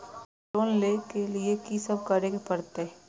हमरा लोन ले के लिए की सब करे परते?